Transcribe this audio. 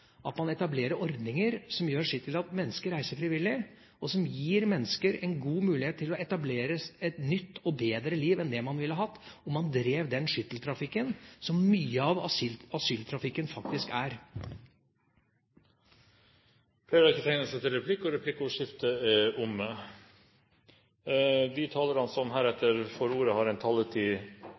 at man etablerer ordninger som gjør sitt til at mennesker reiser frivillig, og som gir mennesker en god mulighet til å etablere et nytt og bedre liv, enn det de ville hatt om de drev den skytteltrafikken, som mye av asyltrafikken faktisk er. Replikkordskiftet er over. De talere som heretter får ordet, har en taletid